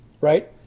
right